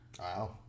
Wow